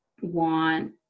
want